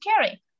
carry